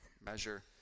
measure